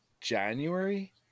january